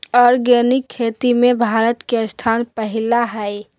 organic खेती में भारत के स्थान पहिला हइ